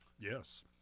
yes